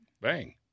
bang